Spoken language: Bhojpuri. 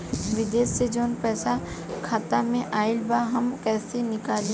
विदेश से जवन पैसा खाता में आईल बा हम कईसे निकाली?